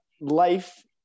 life